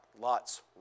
Lot's